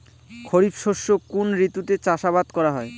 খরিফ শস্য কোন ঋতুতে চাষাবাদ করা হয়?